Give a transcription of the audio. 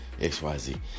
XYZ